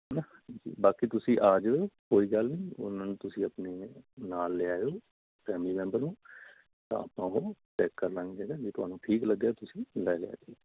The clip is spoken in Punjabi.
ਹੈ ਨਾ ਬਾਕੀ ਤੁਸੀਂ ਆ ਜੋ ਕੋਈ ਗੱਲ ਨਹੀਂ ਉਹਨਾਂ ਨੂੰ ਤੁਸੀਂ ਆਪਣੀ ਨਾਲ ਲਿਆਇਓ ਫੈਮਿਲੀ ਮੈਂਬਰ ਨੂੰ ਤਾਂ ਆਪਾਂ ਉਹ ਚੈੱਕ ਕਰ ਲਾਂਗੇ ਜੇ ਤੁਹਾਨੂੰ ਠੀਕ ਲੱਗਿਆ ਤੁਸੀਂ ਲੈ ਲਿਓ ਜੀ